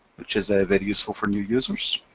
which is ah very useful for new users.